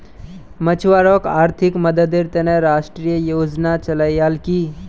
मछुवारॉक आर्थिक मददेर त न राष्ट्रीय योजना चलैयाल की